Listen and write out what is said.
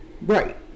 right